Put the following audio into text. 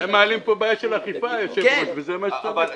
הם מעלים פה בעיה של אכיפה, וזה מה שצריך.